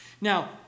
Now